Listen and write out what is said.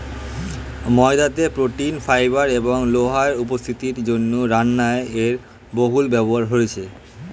ময়দাতে protein, fibre এবং লোহার উপস্থিতির জন্য রান্নায় এর বহুল ব্যবহার রয়েছে